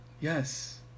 Yes